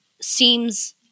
seems